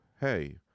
hey